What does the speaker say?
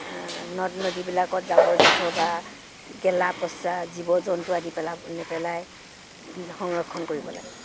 নদ নদীবিলাকত জাবৰ জোথৰ বা গেলা পঁচা জীৱ জন্তু আদি পেলা নেপেলাই সংৰক্ষণ কৰিব লাগে